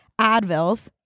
Advils